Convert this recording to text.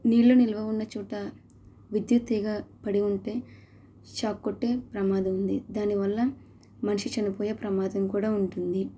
నీళ్ళు నిలువ ఉన్నచోట విద్యుత్ తీగ పడి ఉంటే షాక్ కొట్టే ప్రమాదం ఉంది దాని వల్ల మనిషి చనిపోయే ప్రమాదం కూడా ఉంటుంది